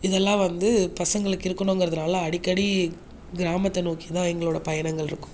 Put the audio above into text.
இதெல்லாம் வந்து பசங்களுக்கு இருக்கணும்ங்கிறதுனால அடிக்கடி கிராமத்தை நோக்கிதான் எங்களோடய பயணங்கள் இருக்கும்